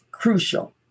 crucial